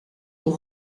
aux